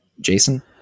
Jason